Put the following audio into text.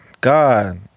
God